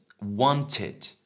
wanted